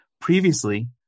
previously